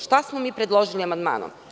Šta smo mi predložili amandmanom?